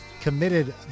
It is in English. Committed